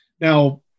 Now